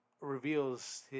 reveals